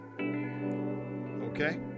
okay